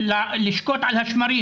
לשקוט על השמרים.